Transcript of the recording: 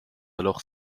alors